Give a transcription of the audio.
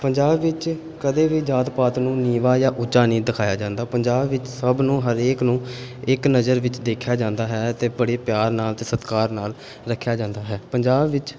ਪੰਜਾਬ ਵਿੱਚ ਕਦੇ ਵੀ ਜਾਤ ਪਾਤ ਨੂੰ ਨੀਵਾਂ ਜਾਂ ਉੱਚਾ ਨਹੀਂ ਦਿਖਾਇਆ ਜਾਂਦਾ ਪੰਜਾਬ ਵਿੱਚ ਸਭ ਨੂੰ ਹਰੇਕ ਨੂੰ ਇੱਕ ਨਜ਼ਰ ਵਿੱਚ ਦੇਖਿਆ ਜਾਂਦਾ ਹੈ ਅਤੇ ਬੜੇ ਪਿਆਰ ਨਾਲ ਅਤੇ ਸਤਿਕਾਰ ਨਾਲ ਰੱਖਿਆ ਜਾਂਦਾ ਹੈ ਪੰਜਾਬ ਵਿੱਚ